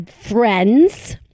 friends